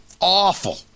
awful